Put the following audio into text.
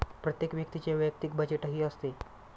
प्रत्येक व्यक्तीचे वैयक्तिक बजेटही असते